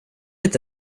inte